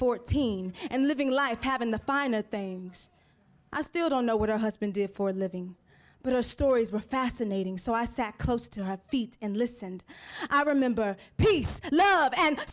fourteen and living life having the finer things i still don't know what her husband did for a living but her stories were fascinating so i sat close to her feet and listened i remember peace love and